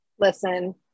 Listen